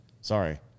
Sorry